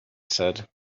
said